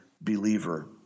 believer